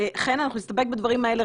חן, אנחנו נסתפק בדברים האלה.